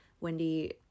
Wendy